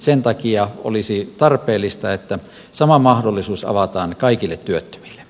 sen takia olisi tarpeellista että sama mahdollisuus avataan kaikille työttömille